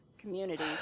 community